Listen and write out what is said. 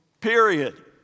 Period